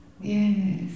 Yes